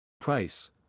Price